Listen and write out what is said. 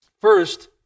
First